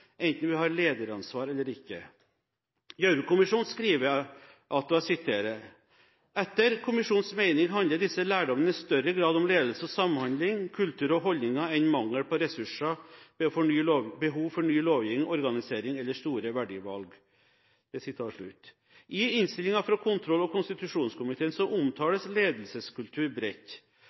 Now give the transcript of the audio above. enten vi har lederansvar eller ikke. Gjørv-kommisjonen skriver: «Etter kommisjonens mening handler disse lærdommene i større grad om ledelse, samhandling, kultur og holdninger – enn mangel på ressurser, behov for ny lovgivning, organisering eller store verdivalg.» I innstillingen fra kontroll- og konstitusjonskomiteen omtales ledelseskultur bredt.